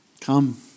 come